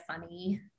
funny